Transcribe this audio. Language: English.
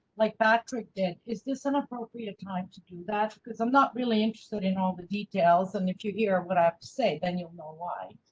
like that trick. then. is this an appropriate time to do that? because i'm not really interested in all the details and if you hear what i say, then you'll know why.